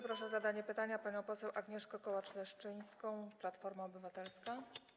Proszę o zadanie pytania panią poseł Agnieszkę Kołacz-Leszczyńską, Platforma Obywatelska.